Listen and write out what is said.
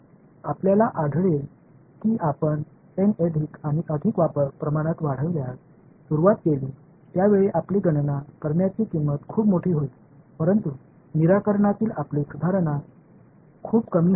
आपल्याला आढळेल कि आपण एन अधिक आणि अधिक प्रमाणात वाढविण्यास सुरूवात केली त्या वेळी आपली गणना करण्याची किंमत खूप मोठी होईल परंतु निराकरणातील आपली सुधारणा खूप कमी होईल